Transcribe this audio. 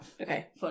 Okay